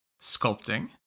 sculpting